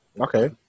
Okay